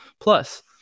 plus